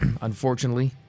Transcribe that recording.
unfortunately